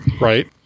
right